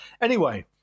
Anyway-